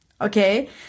Okay